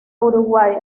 uruguay